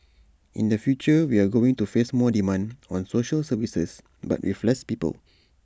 in the future we are going to face more demand on social services but with less people